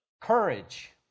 courage